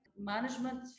management